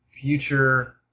future